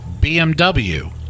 BMW